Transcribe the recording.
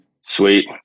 Sweet